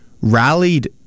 rallied